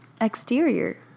Exterior